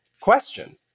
question